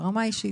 ברמה האישית.